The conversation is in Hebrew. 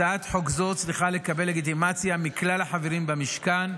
הצעת חוק זו צריכה לקבל לגיטימציה מכלל החברים במשכן,